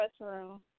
restroom